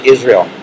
Israel